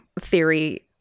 theory